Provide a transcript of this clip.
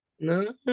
No